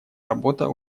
работа